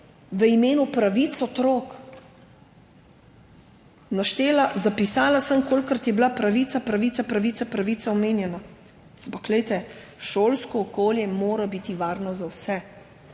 v imenu pravic otrok – zapisala sem, kolikokrat je bila pravica, pravica, pravica, pravica omenjena, ampak glejte, šolsko okolje mora biti varno za vse.